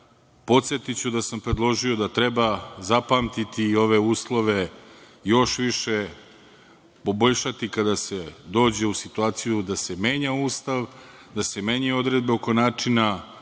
Podsetiću da sam predložio da treba zapamtiti i ove uslove još više, poboljšati kada se dođe u situaciju da se menja Ustav, da se menja odredba oko načina